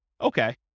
Okay